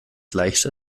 leichter